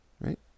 right